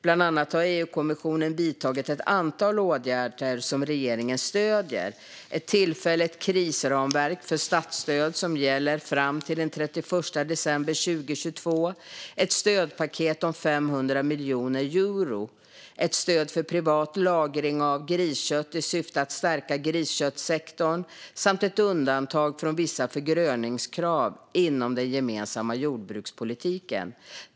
Bland annat har EU-kommissionen vidtagit ett antal åtgärder som regeringen stöder: ett tillfälligt krisramverk för statsstöd som gäller fram till den 31 december 2022, ett stödpaket om 500 miljoner euro, ett stöd för privat lagring av griskött i syfte att stärka grisköttssektorn samt ett undantag från vissa förgröningskrav inom den gemensamma jordbrukspolitiken.